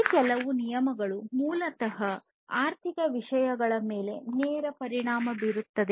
ಈ ಕೆಲವು ನಿಯಮಗಳು ಮೂಲತಃ ಆರ್ಥಿಕ ವಿಷಯಗಳ ಮೇಲೆ ನೇರ ಪರಿಣಾಮ ಬೀರುತ್ತವೆ